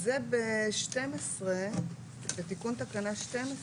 זה בתיקון תקנה 12,